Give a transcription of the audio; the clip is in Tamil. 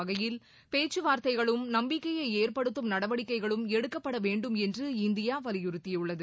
வகையில் பேச்சு வார்த்தைகளும் நம்பிக்கையை ஏற்படுத்தும் நடவடிக்கைகளும் எடுக்கப்பட வேண்டும் என்று இந்தியா வலியுறுத்தியுள்ளது